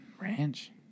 Ranch